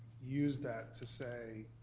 use that to say,